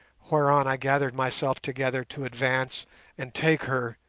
whereon i gathered myself together to advance and take her,